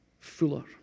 Fuller